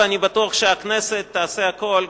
ואני בטוח שהכנסת תעשה הכול,